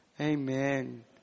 Amen